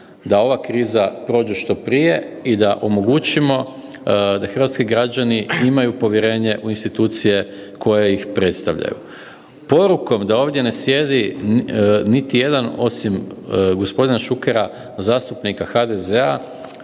da ova kriza prođe što prije i da omogućimo da hrvatski građani imaju povjerenje u institucije koje ih predstavljaju. Porukom da ovdje ne sjedi niti jedan osim g. Šukera od zastupnika HDZ-a